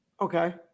Okay